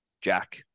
Jack